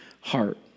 heart